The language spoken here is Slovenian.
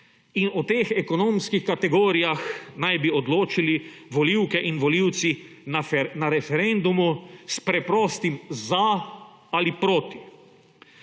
In o teh ekonomskih kategorijah naj bi odločili volivke in volivce na referendumu s preprostim za ali proti.